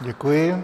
Děkuji.